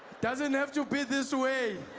doesn't have to be this way.